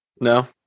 No